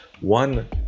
One